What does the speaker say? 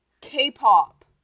K-pop